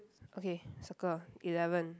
okay circle eleven